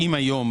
היום,